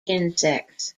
insects